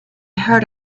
heard